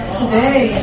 today